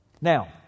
Now